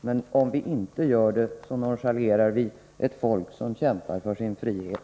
Men om vi inte gör det, nonchalerar vi ett folk som kämpar för sin frihet.